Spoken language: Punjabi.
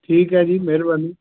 ਠੀਕ ਹੈ ਜੀ ਮਿਹਰਬਾਨੀ